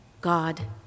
God